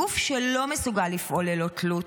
גוף שלא מסוגל לפעול ללא תלות,